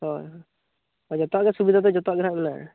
ᱦᱳᱭ ᱡᱚᱛᱚᱣᱟᱜ ᱜᱮ ᱥᱩᱵᱤᱫᱷᱟ ᱫᱚ ᱡᱚᱛᱚᱣᱟᱜ ᱜᱮ ᱱᱟᱦᱟᱜ ᱢᱮᱱᱟᱜᱼᱟ